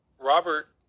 Robert